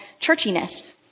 churchiness